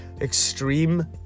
extreme